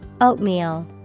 Oatmeal